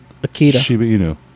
Akita